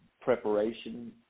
preparation